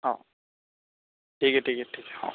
हो ठीक आहे ठीक आहे ठीक आहे हो